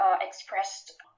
expressed